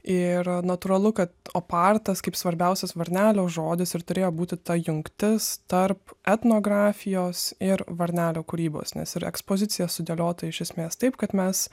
ir natūralu kad opartas kaip svarbiausias varnelio žodis ir turėjo būti ta jungtis tarp etnografijos ir varnelio kūrybos nes ir ekspozicija sudėliota iš esmės taip kad mes